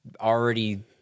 already